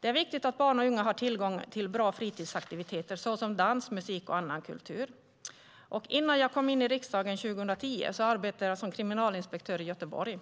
Det är viktigt att barn och unga har tillgång till bra fritidsaktiviteter, såsom dans, musik och annan kultur. Innan jag kom in i riksdagen 2010 arbetade jag som kriminalinspektör i Göteborg.